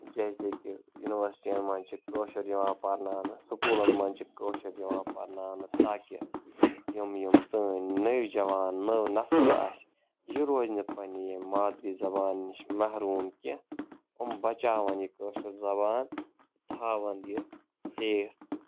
جیسے کہِ یونیورسٹِیَن منٛز چھِ کٲشُر یِوان پَرناونہٕ سکوٗلَن منٛز چھِ کٲشُر یِوان پَرناونہٕ تاکہِ یِم یِم سٲنۍ نٔوۍ جَوان نٔو نَسٕل آسہِ یہِ روزِ نہٕ پنٛنہِ ییٚمہِ مادری زَبان نِش محروٗم کیٚنٛہہ یِم بَچاوَن یہِ کٲشٕر زَبان تہٕ تھاوان یہِ سیف تہٕ